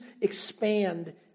expand